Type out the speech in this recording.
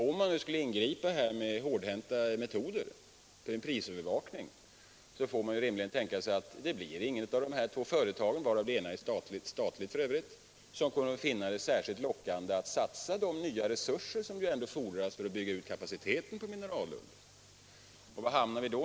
Om man skulle ingripa med hårdhänta metoder, t.ex. prisövervakning, får man rimligen tänka sig att inget av de här två företagen, varav det ena f.ö. är statligt, kommer att finna det särskilt lockande att satsa de nya resurser som ändå fordras för att bygga ut kapaciteten på mineralullssidan. Var hamnar vi då?